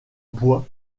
bois